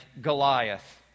Goliath